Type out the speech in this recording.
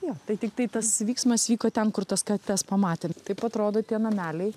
jo tai tiktai tas vyksmas vyko ten kur tas kates pamatėm taip atrodo tie nameliai